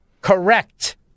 Correct